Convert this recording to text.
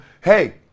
hey